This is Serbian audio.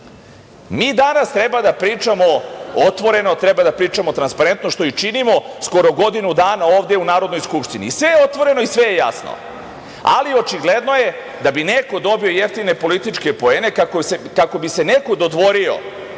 danas treba da pričamo otvoreno, treba da pričamo transparentno, što i činimo, skoro godinu dana ovde u Narodnoj skupštini. Sve je otvoreno i sve je jasno. Ali, očigledno je, da bi neko dobio jeftine političke poene, kako bi se neko dodvorio